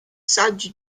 saggi